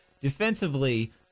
defensively